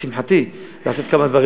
לשמחתי, לעשות כמה דברים.